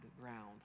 ground